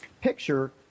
picture